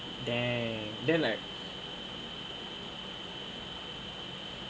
damn then like